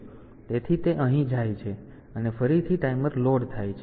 તેથી તે અહીં જાય છે અને ફરીથી ટાઈમર લોડ થાય છે